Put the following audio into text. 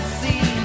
see